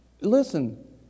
Listen